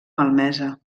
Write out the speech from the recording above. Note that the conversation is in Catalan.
malmesa